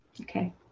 Okay